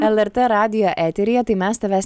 lrt radijo eteryje tai mes tavęs